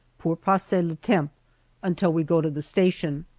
pour passer le temps until we go to the station.